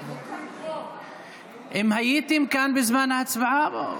האם הייתם כאן בזמן ההצבעה?